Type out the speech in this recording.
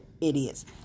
idiots